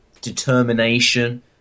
determination